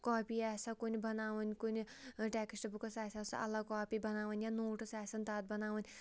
copy آسہِ ہا کُنہِ بَناوٕنۍ کُنہِ ٹٮ۪کٕسٹ بُکس آسہِ ہا سُہ الگ کاپی بَناوٕنۍ یا نوٹٕس آسن تَتھ بَناوٕنۍ